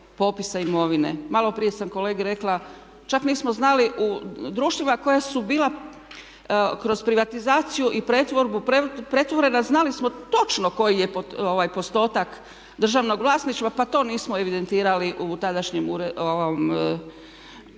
popisa imovine. Maloprije sam kolegi rekla čak nismo znali u društvima koja su bila kroz privatizaciju i pretvorbu pretvorena znali smo točno koji je postotak državnog vlasništva pa to nismo evidentirali u tadašnjem Fondu